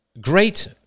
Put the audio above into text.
great